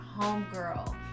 homegirl